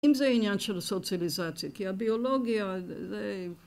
אם זה עניין של הסוציאליזציה, כי הביולוגיה זה...